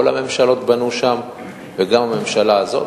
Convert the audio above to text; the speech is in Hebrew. כל הממשלות בנו שם וגם הממשלה הזאת,